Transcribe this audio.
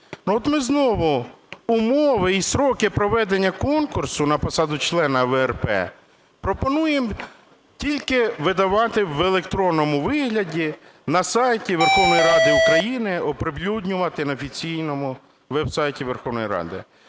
От ми знову умови і строки проведення конкурсу на посаду члена ВРП пропонуємо тільки видавати в електронному вигляді на сайті Верховної Ради України, оприлюднювати на офіційному веб-сайті Верховної Ради.